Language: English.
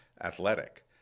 athletic